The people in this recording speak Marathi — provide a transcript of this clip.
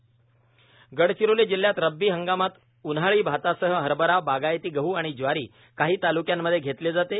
पीक विमा गडचिरोली गडचिरोली जिल्हयात रब्बी हंगामात उन्हाळी भातासह हरभरा बागायती गह आणि ज्वारी काही तालुक्यांमध्ये घेतली जाते